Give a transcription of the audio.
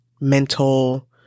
mental